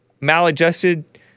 maladjusted